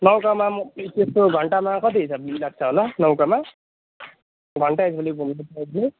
नौकामा घन्टामा कति हिसाबले लाग्छ होला नौकामा घन्टा हिसाबले